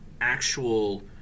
actual